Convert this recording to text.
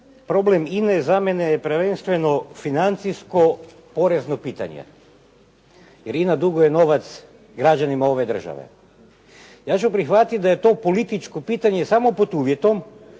problem INA-e je za mene prvenstveno financijsko porezno pitanje. Jer INA-e duguje novac građanima ove države. Ja ću prihvatiti da je to političko pitanje samo pod uvjetom